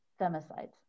femicides